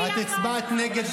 בהרבה הרבה חוקים את הצבעת נגד,